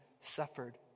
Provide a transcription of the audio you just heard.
suffered